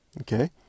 okay